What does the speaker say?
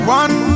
one